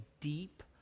deep